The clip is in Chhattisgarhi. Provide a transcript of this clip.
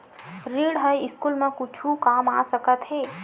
ऋण ह स्कूल मा कुछु काम आ सकत हे?